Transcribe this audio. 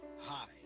Hi